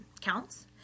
counts